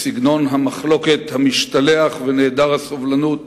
וסגנון המחלוקת המשתלח ונעדר הסובלנות